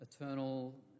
eternal